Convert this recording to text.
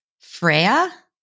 Freya